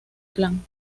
plan